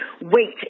Wait